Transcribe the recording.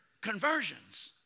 conversions